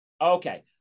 Okay